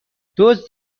دزد